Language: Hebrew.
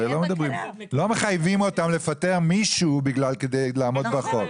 הרי לא מחייבים אותם לפטר מישהו כדי לעמוד בחוק.